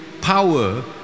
power